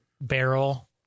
barrel